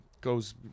goes